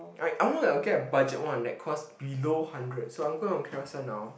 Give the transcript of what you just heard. like I want to get a budget one that cost below hundred so I'm go to Carousell now